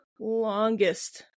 longest